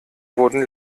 wurden